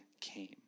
came